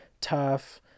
Tough